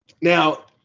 Now